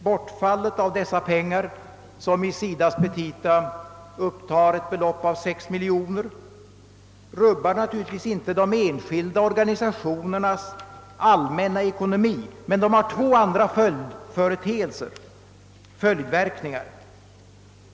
Bortfallet av dessa pengar, som i SIDA :s petita upptar ett belopp av 6 miljoner, rubbar naturligtvis inte de enskilda organisationernas allmänna ekonomi, men det har två andra följdverkningar.